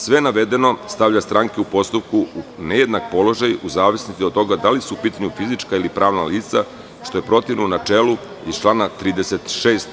Sve navedeno stavlja stranke u postupku u nejednak položaj u zavisnosti od toga da li su u pitanju fizička ili pravna lica, što je protivno načelu iz člana 36.